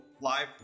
live